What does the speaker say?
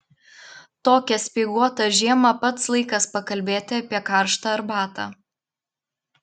tokią speiguotą žiemą pats laikas pakalbėti apie karštą arbatą